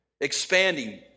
Expanding